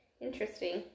Interesting